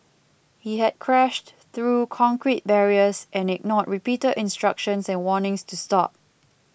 he had crashed through concrete barriers and ignored repeated instructions and warnings to stop